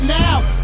now